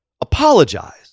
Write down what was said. Apologize